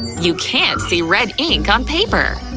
you can't see red ink on paper!